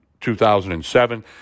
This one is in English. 2007